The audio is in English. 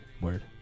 word